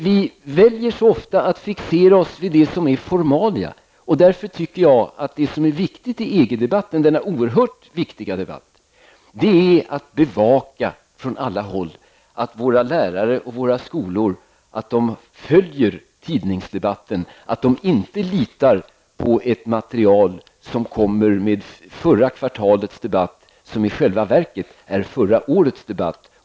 Vi väljer så ofta att fixera oss vid formalia, men vad som är angeläget i denna oerhört viktiga EG-debatt är att från alla håll bevaka att lärarna på skolorna följer tidningsdebatten och inte litar till ett material som handlar om förra kvartalets debatt, som i själva verket är förra årets debatt.